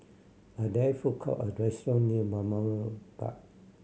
are there food court or restaurant near Balmoral Park